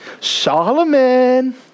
Solomon